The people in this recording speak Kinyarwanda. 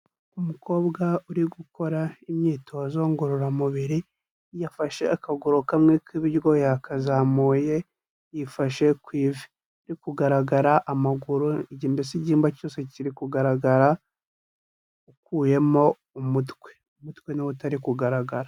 Umukobwa uri gukora imyitozo ngororamubiri yafashe akaguru kamwe k'iburyo yakazamuye yifashe ku ivi, uri kugaragara amaguru mbese igimba cyose kiri kugaragara, ukuyemo umutwe, umutwe niwo utari kugaragara.